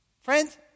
Friends